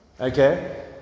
Okay